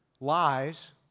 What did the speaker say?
lies